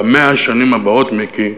ב-100 השנים הבאות, מיקי,